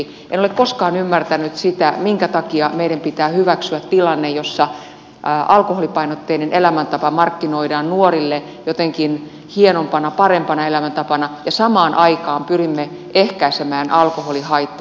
en ole koskaan ymmärtänyt sitä minkä takia meidän pitää hyväksyä tilanne jossa alkoholipainotteinen elämäntapa markkinoidaan nuorille jotenkin hienompana parempana elämäntapana ja samaan aikaan pyrimme ehkäisemään alkoholihaittoja